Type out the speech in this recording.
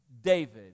David